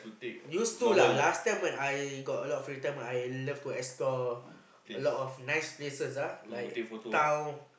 used to lah last time when I got a lot of free time I love to explore a lot of nice places ah like town